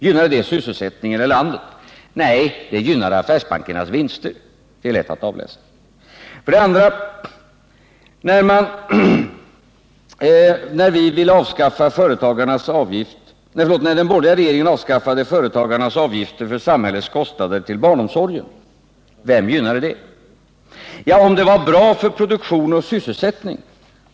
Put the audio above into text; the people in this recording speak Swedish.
Gynnade det sysselsättningen eller landet? Nej, det gynnade affärsbankernas vinstutveckling. Det är lätt att avläsa detta. För det andra, vem gynnade det när den borgerliga regeringen avskaffade företagarnas avgifter för samhällets kostnader för barnomsorgen? Varför vill herr Mundebo införa avgiften på nytt, om det var bra för produktion och sysselsättning?